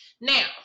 Now